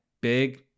Big